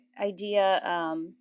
idea –